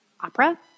opera